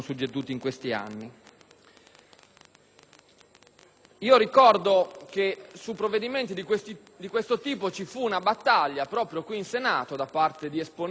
Ricordo che su provvedimenti di questo tipo vi fu una battaglia proprio al Senato da parte di esponenti del Gruppo del PdL nel 2006,